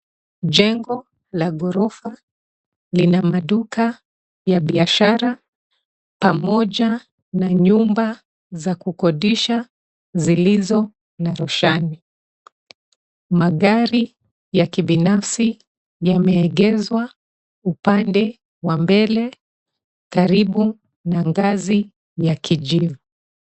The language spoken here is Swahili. Jengo la ghorofa lina maduka ya biashara pamoja na nyumba za kukodisha zilizo na roshani. Magari ya kibinafsi yameegeshwa upande wa mbele karibu na ngazi ya kijivu.